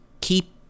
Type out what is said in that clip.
keep